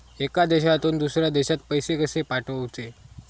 एका देशातून दुसऱ्या देशात पैसे कशे पाठवचे?